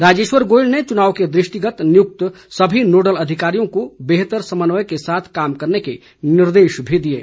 राजेश्वर गोयल ने चुनाव के दृष्टिगत नियुक्त सभी नोडल अधिकारियों को बेहतर समन्वय के साथ कार्य करने के निर्देश भी दिए है